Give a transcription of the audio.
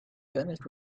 kenneth